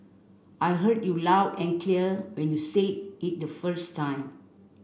I heard you loud and clear when you said it the first time